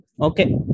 okay